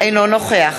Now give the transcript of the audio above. אינו נוכח